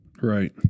Right